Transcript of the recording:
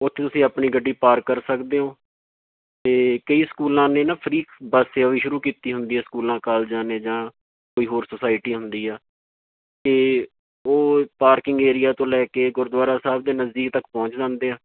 ਉੱਥੇ ਤੁਸੀਂ ਆਪਣੀ ਗੱਡੀ ਪਾਰਕ ਕਰ ਸਕਦੇ ਓਂ ਅਤੇ ਕਈ ਸਕੂਲਾਂ ਨੇ ਨਾ ਫ੍ਰੀ ਬੱਸ ਸੇਵਾ ਵੀ ਸ਼ੁਰੂ ਕੀਤੀ ਹੁੰਦੀ ਆ ਸਕੂਲਾਂ ਕਾਲਜਾਂ ਨੇ ਜਾਂ ਕੋਈ ਹੋਰ ਸੋਸਾਇਟੀ ਹੁੰਦੀ ਆ ਅਤੇ ਉਹ ਪਾਰਕਿੰਗ ਏਰੀਆ ਤੋਂ ਲੈ ਕੇ ਗੁਰਦੁਆਰਾ ਸਾਹਿਬ ਦੇ ਨਜ਼ਦੀਕ ਤੱਕ ਪਹੁੰਚ ਜਾਂਦੇ ਆ